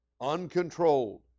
uncontrolled